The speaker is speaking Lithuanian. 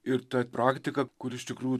ir tą praktiką kuri iš tikrų